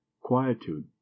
quietude